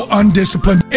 undisciplined